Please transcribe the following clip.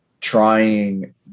trying